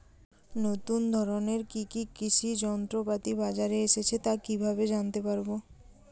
নতুন ধরনের কি কি কৃষি যন্ত্রপাতি বাজারে এসেছে তা কিভাবে জানতেপারব?